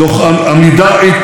עמידה איתנה.